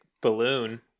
balloon